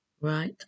right